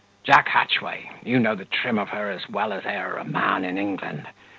jack hatchway, you know the trim of her as well as e'er a man in england,